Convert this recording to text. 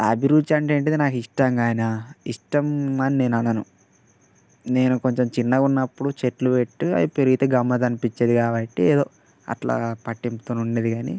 అభిరుచి అంటే ఏంటిది నాకు ఇష్టంగయినా ఇష్టం అని నేననను నేను కొంచెం చిన్నగా ఉన్నప్పుడు చెట్లు పెట్టి అవి పెరిగితే గమ్మత్తనిపిచ్చేది కాబట్టి ఏదో అట్లా పట్టింపుతోని ఉండేది గానీ